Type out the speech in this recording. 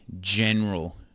general